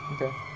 Okay